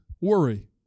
worry